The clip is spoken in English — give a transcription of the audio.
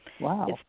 Wow